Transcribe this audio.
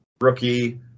rookie